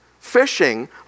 fishing